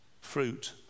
fruit